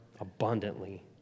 abundantly